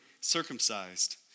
circumcised